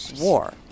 war